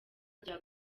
rya